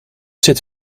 zit